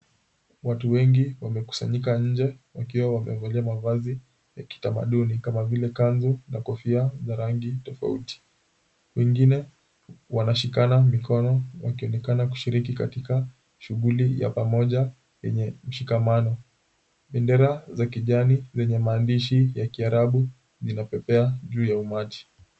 Watu wengi wamekusanyika nje wakiwa wamevalia mavazi ya kitamaduni kama vile kanzu na kofia za rangi tofauti wengine wanashikana mikono wakionekana kushiriki katika shughuli ya pamoja yenye mshikamano. Bendera zenye maandishi ya kiarabu zinapepea juu ya umati.